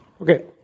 Okay